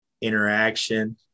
interaction